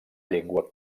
llengua